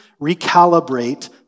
recalibrate